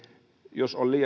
jos on